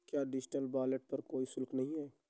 क्या digital wallet पर कोई शुल्क है?